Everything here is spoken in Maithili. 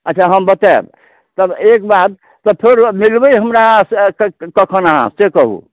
अच्छा हम बताएब तब एक बात तब फेर मिलबै हमरा कखन अहाँ से कहू